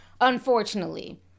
unfortunately